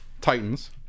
Titans